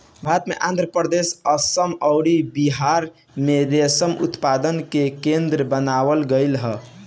भारत में आंध्रप्रदेश, आसाम अउरी बिहार में रेशम उत्पादन के केंद्र बनावल गईल ह